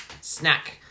snack